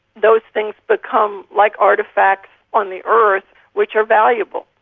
those things become like artefacts on the earth which are valuable.